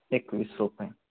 एकवीस रुपये